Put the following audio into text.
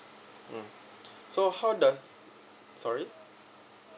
mm so how does sorry